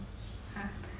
!huh!